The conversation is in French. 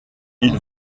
ils